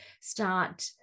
start